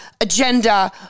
agenda